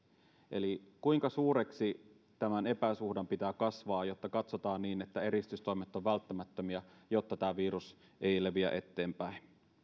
kuinka suureksi tämän epäsuhdan pitää kasvaa jotta katsotaan että eristystoimet ovat välttämättömiä jotta tämä virus ei leviä eteenpäin